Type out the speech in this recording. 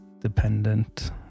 dependent